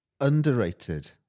Underrated